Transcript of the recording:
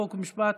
חוק ומשפט